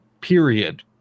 period